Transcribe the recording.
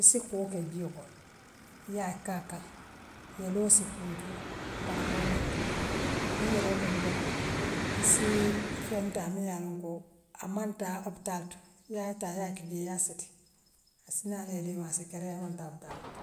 issi koo ke jioo kono yaa karkar yeloo si kuntu barmoo ňiŋ to niŋ yeloo kuntutale issii feer taa muŋ yaa loŋ koo amaŋ taa opitaaloto yaa taa yaa kijee yaa siti assi naala i niŋ mansakeriyaa imaŋ taa opitaaloti.